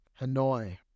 Hanoi